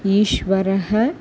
ईश्वरः